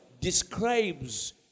describes